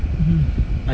mmhmm